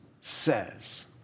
says